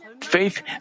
faith